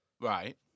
right